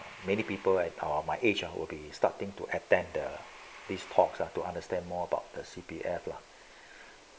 many people at my age ah I will be starting to attend the talks are to understand more about the C_P_F lah